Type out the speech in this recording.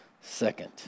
second